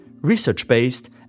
research-based